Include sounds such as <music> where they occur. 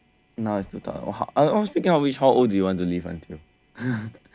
now is two thou~ oh speaking of which how old do you want to live until <laughs>